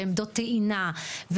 ועמדות טעינה,